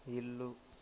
ఇల్లు